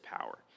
power